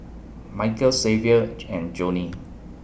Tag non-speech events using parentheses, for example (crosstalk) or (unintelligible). Michael Xavier (unintelligible) and Joni